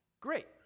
great